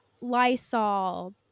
Lysol